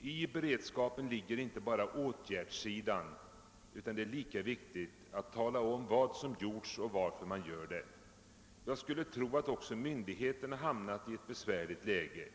I beredskapen ligger inte bara åtgärdssidan, utan det är lika viktigt att tala om vad som har gjorts och varför man gjort det. Jag skulle tro att också myndigheterna hamnat i ett besvärligt läge.